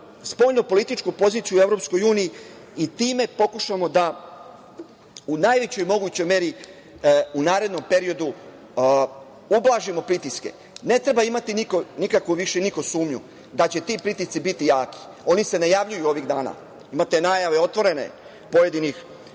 spoljnopolitičku poziciju u EU i time pokušamo da u najvećoj mogućoj meri u narednom periodu ublažimo pritiske. Ne treba niko imati više nikakvu sumnju da će ti pritisci biti jaki. Oni se najavljuju ovih dana. Imate najave otvorene pojedinih